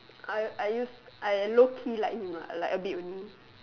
I I used I low key like him lah like a bit only